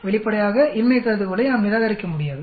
வெளிப்படையாக இன்மை கருதுகோளை நாம் நிராகரிக்க முடியாது